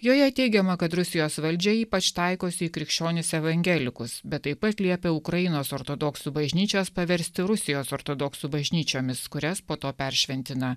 joje teigiama kad rusijos valdžia ypač taikosi į krikščionis evangelikus bet taip pat liepia ukrainos ortodoksų bažnyčias paversti rusijos ortodoksų bažnyčiomis kurias po to peršventina